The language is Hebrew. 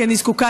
כי אני זקוקה,